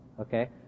Okay